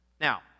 Now